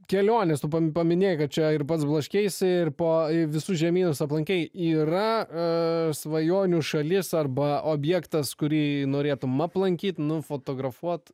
kelionė tu pam paminėjai kad čia ir pats blaškeisi ir po visus žemynus aplankei yra svajonių šalis arba objektas kurį norėtumei aplankyti nufotografuoti